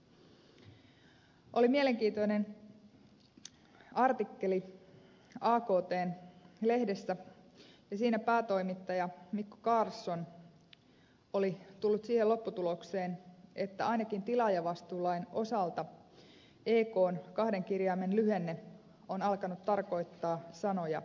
oli mielenkiintoinen artikkeli aktn lehdessä ja siinä päätoimittaja mikko karlsson oli tullut siihen lopputulokseen että ainakin tilaajavastuulain osalta ekn kahden kirjaimen lyhenne on alkanut tarkoittaa sanoja ei käy